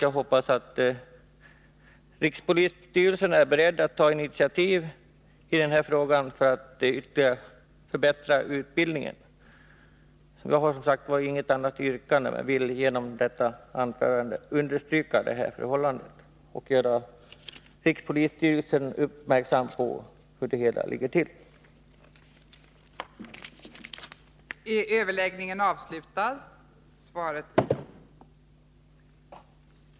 Jag hoppas att rikspolisstyrelsen är beredd att ta initiativ i denna fråga för att ytterligare förbättra utbildningen. Jag har, som sagt, inget annat yrkande än utskottet, men vill med detta anförande understryka frågans vikt och göra rikspolisstyrelsen uppmärksam på hur det hela ligger till.